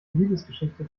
liebesgeschichte